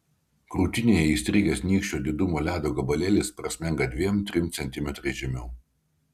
krūtinėje įstrigęs nykščio didumo ledo gabalėlis prasmenga dviem trim centimetrais žemiau